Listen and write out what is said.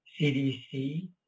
CDC